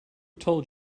told